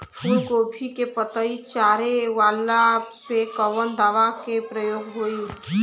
फूलगोभी के पतई चारे वाला पे कवन दवा के प्रयोग होई?